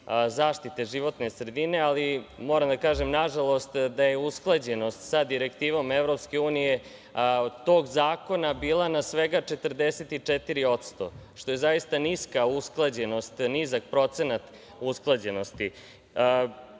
zaštite životne sredine ali, moram da kažem, nažalost, da je usklađenost sa Direktivom EU od tog zakona bila na svega 44%, što je zaista niska usklađenost, nizak procenat usklađenosti. Osnovni